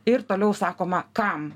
ir toliau sakoma kam